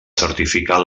certificar